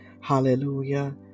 Hallelujah